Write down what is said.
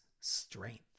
strength